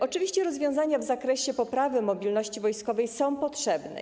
Oczywiście rozwiązania w zakresie poprawy mobilności wojskowej są potrzebne.